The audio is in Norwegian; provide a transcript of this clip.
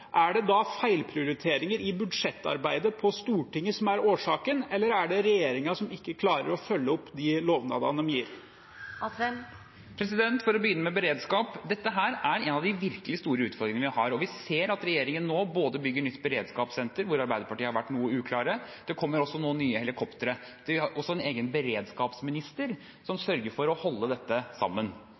er det da feilprioriteringer i budsjettarbeidet på Stortinget som er årsaken, eller er det regjeringen som ikke klarer å følge opp de lovnadene de gir? For å begynne med beredskap: Det er en av de virkelig store utfordringene vi har. Vi ser at regjeringen nå bygger et nytt beredskapssenter – Arbeiderpartiet har vært noe uklare i det spørsmålet – og det kommer nye helikoptre. Vi har også en egen beredskapsminister, som sørger for å holde dette sammen.